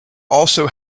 also